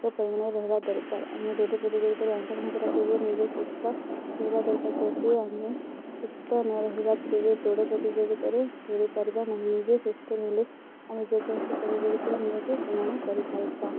ପରିମାଣରେ ରହିବା ଦରକାର ଆମେ ଦୌଡ଼ ପ୍ରତିଯୋଗିତାରେ ଅଂଶଗ୍ରଣ କରିବା ପୂର୍ବ ନିଜେ ସୁସ୍ଥ ରହିବା ଦରକାର ଯଦି ଆମେ ସୁସ୍ଥ ନ ରହିବା ତେବେ ଦୌଡ଼ ପ୍ରତିଯୋଗିତାରେ ଦୌଡ଼ିପାରିବା ନାହିଁ ନିଜେ ସୁସ୍ଥ ରହିଲେ ଆମେ ଯେକୌଣସି ପ୍ରତିଯୋଗିତାରେ ନିଜକୁ ପରିମାଣ କରିପାରିବା